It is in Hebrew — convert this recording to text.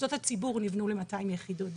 מוסדות הציבור נבנו ל-200 יחידות דיור.